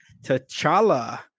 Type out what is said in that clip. T'Challa